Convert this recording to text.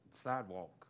sidewalk